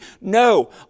no